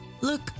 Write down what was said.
look